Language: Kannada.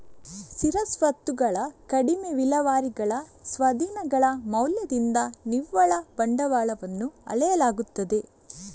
ಸ್ಥಿರ ಸ್ವತ್ತುಗಳ ಕಡಿಮೆ ವಿಲೇವಾರಿಗಳ ಸ್ವಾಧೀನಗಳ ಮೌಲ್ಯದಿಂದ ನಿವ್ವಳ ಬಂಡವಾಳವನ್ನು ಅಳೆಯಲಾಗುತ್ತದೆ